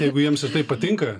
jeigu jiems ir tai patinka